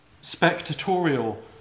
spectatorial